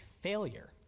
failure